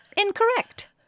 incorrect